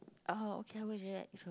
orh okay